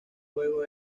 juego